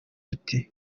uti